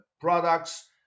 products